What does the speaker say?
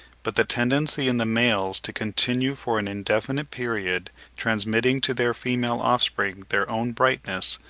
but the tendency in the males to continue for an indefinite period transmitting to their female offspring their own brightness,